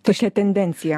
tokia tendencija